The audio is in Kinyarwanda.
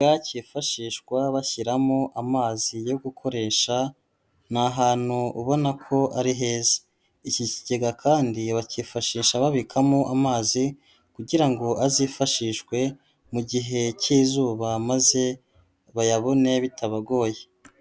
Ikigega cyifashishwa bashyiramo amazi yo gukoresha, ni ahantu ubona ko ari heza, iki kigega kandi bakifashisha babikamo amazi kugira ngo azifashishwe mu gihe cy'izuba maze bayabone bitabagoye.